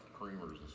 creamers